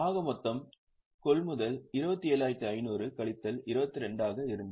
ஆக மொத்த கொள்முதல் 27500 கழித்தல் 22 ஆக இருந்தது